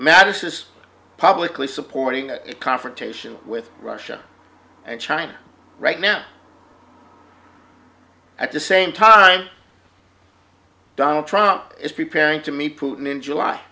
madness is publicly supporting a confrontation with russia and china right now at the same time donald trump is preparing to meet putin in july